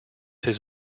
his